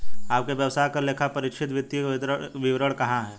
आपके व्यवसाय का लेखापरीक्षित वित्तीय विवरण कहाँ है?